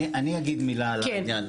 אני אגיד מילה על העניין.